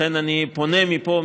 לכן אני פונה מפה,